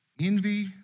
envy